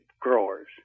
growers